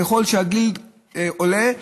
ככל שהגיל עולה,